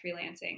freelancing